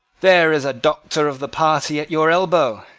there is a doctor of the party at your elbow.